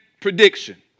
prediction